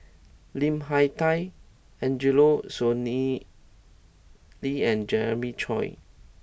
Lim Hak Tai Angelo Sanelli lee and Jeremiah Choy